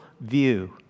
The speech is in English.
view